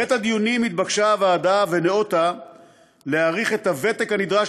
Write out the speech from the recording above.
בעת הדיונים התבקשה הוועדה וניאותה להאריך את הוותק הנדרש